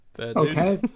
Okay